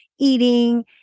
Eating